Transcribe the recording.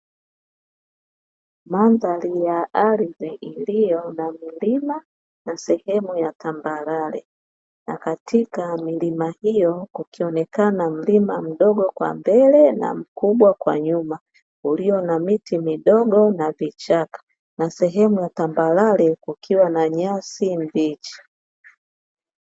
Mandhari ya ardhi iliyo na milima na sehemu ya tambalale na katika milima hiyo kukionekana mlima mdogo kwa mbele na mkubwa kwa nyuma, ulio na miti midogo na vichaka na sehemu ya tambalale kukiwa na nyasi mbichi.